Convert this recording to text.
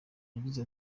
yagize